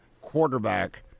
quarterback